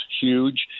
huge